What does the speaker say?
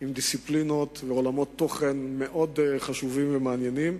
עם דיסציפלינות ועולמות תוכן מאוד חשובים ומעניינים.